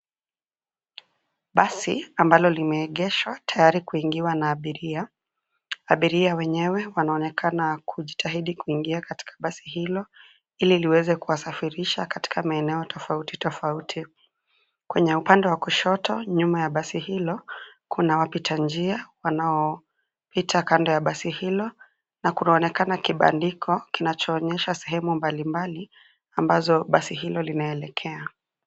Basi ambalo limeegeshwa tayari kuingiwa na abiria, abiria wenyewe wanaonekana kujitahidi kuingia katika basi hilo ili liweze kuwasafirisha katika maeneo tofauti tofauti. Kwenye upande wa kushoto nyuma ya basi hilo kuna wapita njia wanaopita kando ya basi hilo na kunaonekana kibandiko kinachoonyesha sehemu mbalimbali ambazo basi hilo linaelekea.